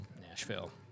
Nashville